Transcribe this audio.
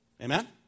Amen